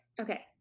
Okay